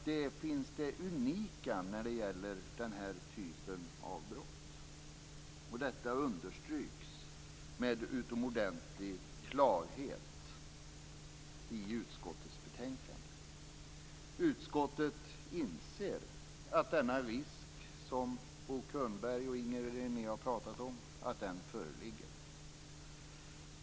Men det unika när det gäller den här typen av brott understryks med utomordentlig klarhet i utskottets betänkande. Utskottet inser att denna risk, som Bo Könberg och Inger René har pratat om, föreligger.